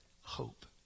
hope